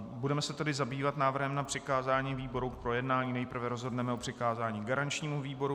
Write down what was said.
Budeme se tedy zabývat návrhem na přikázání výboru k projednání, nejprve rozhodneme o přikázání garančnímu výboru.